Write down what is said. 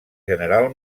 general